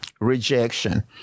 Rejection